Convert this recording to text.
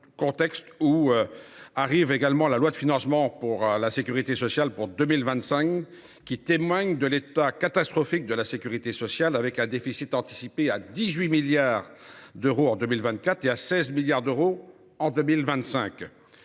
de temps avant le projet de loi de financement de la sécurité sociale pour 2025, qui témoigne de l’état catastrophique des comptes de la sécurité sociale, avec un déficit anticipé de 18 milliards d’euros en 2024 et de 16 milliards d’euros en 2025.